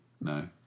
No